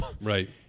Right